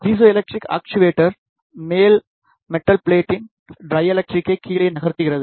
piezo electric actuator மேல் metal ப்ளெட்டின் டைஎலக்ட்ரிக்கை கீழே நகர்த்துகிறது